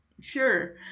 sure